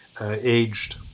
aged